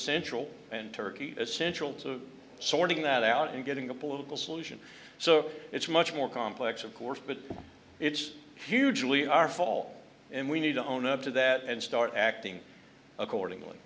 essential and turkey essential to sorting that out and getting a political solution so it's much more complex of course but it's hugely our fall and we need to own up to that and start acting accordingly